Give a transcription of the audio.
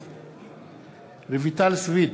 בעד רויטל סויד,